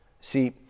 See